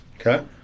Okay